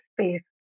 space